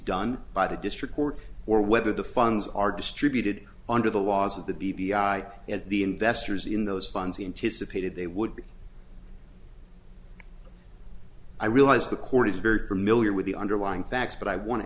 done by the district court or whether the funds are distributed under the laws of the b v i at the investors in those funds and to subpoenaed they would be i realize the court is very familiar with the underlying facts but i want to